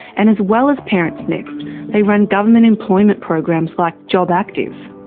and as well as parentsnext, they run government employment programs like jobactive.